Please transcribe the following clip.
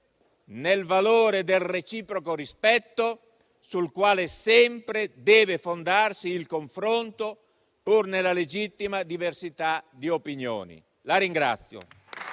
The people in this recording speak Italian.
nel valore del reciproco rispetto, sul quale sempre deve fondarsi il confronto, pur nella legittima diversità di opinioni. PRESIDENTE.